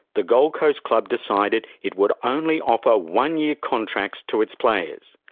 the gold coast club decided it would only offer one-year contracts to its players.